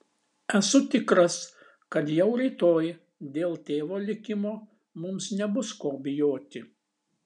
esu tikras kad jau rytoj dėl tėvo likimo mums nebus ko bijoti